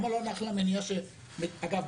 אגב,